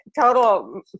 total